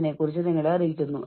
ആളുകൾ പ്രതിജ്ഞാബദ്ധരായിരിക്കാം